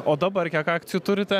o dabar kiek akcijų turite